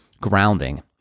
grounding